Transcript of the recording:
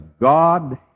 God